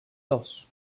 dos